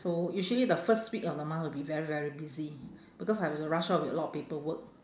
so usually the first week of the month will be very very busy because I have to rush off with a lot of paperwork